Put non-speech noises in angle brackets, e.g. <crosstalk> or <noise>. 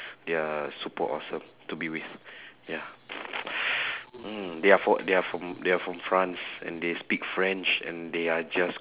they're super awesome to be with ya <breath> mm they are from they are from they are from france and they speak french and they are just